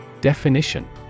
Definition